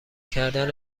کردن